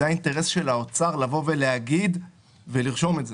זה היה אינטרס של האוצר להגיד ולרשום את זה.